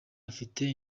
afite